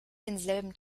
denselben